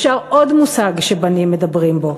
אפשר עוד מושג שבנים מדברים בו,